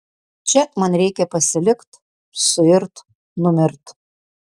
čia man reikia pasilikt suirt numirt